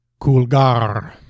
Kulgar